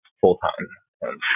full-time